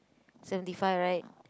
seventy five right